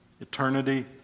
Eternity